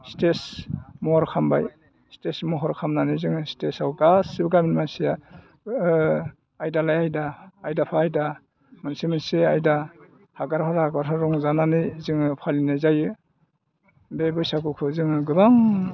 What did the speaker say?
stage महर खालामबाय stage महर खालामनानै जों स्टेजाव गासैबो गामिनि मानसिया आयदा नाय आयदा आयदाखौ आयदा मोनसे मोनसे आयदा रंजानानै जोङो फालिनाय जायो बे बैसागुखौ जोङो गोबां